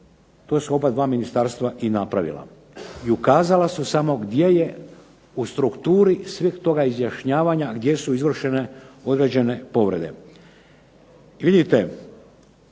to su oba dva ministarstva napravila. Ukazala su samo u strukturi tog izjašnjavanja, gdje su izvršene određene povrede.